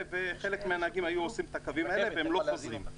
חלק מהנהגים היו עושים את הקווים האלה והם לא חוזרים.